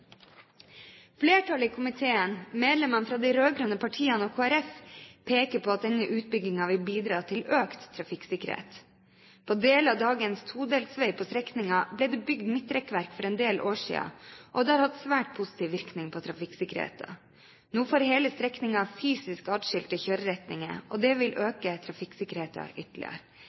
Flertallet i komiteen, medlemmene fra de rød-grønne partiene og Kristelig Folkeparti, peker på at denne utbyggingen vil bidra til økt trafikksikkerhet. På deler av dagens todelsvei på strekningen ble det bygd midtrekkverk for en del år siden, og det har hatt svært positiv virkning på trafikksikkerheten. Nå får hele strekningen fysisk atskilte kjøreretninger, og det vil øke trafikksikkerheten ytterligere.